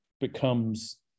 becomes